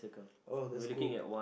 oh that's cool